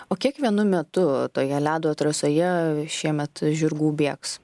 o kiekvienu metu toje ledo trasoje šiemet žirgų bėgs